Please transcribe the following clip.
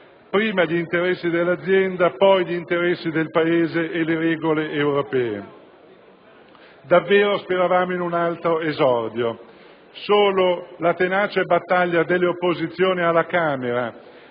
prima gli interessi dell'azienda, poi gli interessi del Paese e le regole europee. Davvero speravamo in un altro esordio. Solo la tenace battaglia delle opposizioni alla Camera